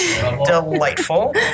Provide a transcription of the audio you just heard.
Delightful